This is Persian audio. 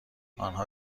آنها